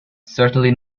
certainly